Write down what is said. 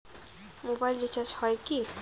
Mobile recharge হয় কি?